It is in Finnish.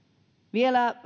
vielä